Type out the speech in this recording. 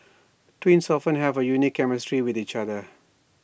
twins often have A unique chemistry with each other